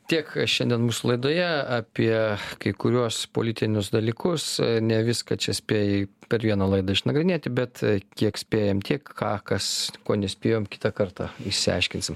tiek šiandien mūsų laidoje apie kai kuriuos politinius dalykus ne viską čia spėjai per vieną laidą išnagrinėti bet kiek spėjam tiek ką kas ko nespėjom kitą kartą išsiaiškinsim